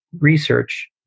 research